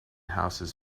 houses